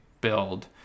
build